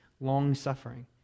long-suffering